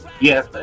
yes